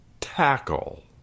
Tackle